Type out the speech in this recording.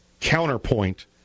counterpoint